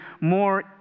more